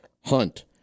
hunt